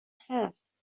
هست